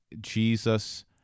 Jesus